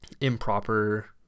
improper